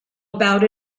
about